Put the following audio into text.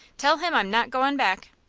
tell him i'm not goin' back!